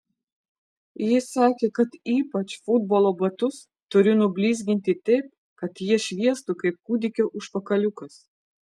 jis sakė kad ypač futbolo batus turiu nublizginti taip kad jie šviestų kaip kūdikio užpakaliukas